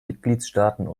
mitgliedstaaten